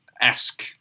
esque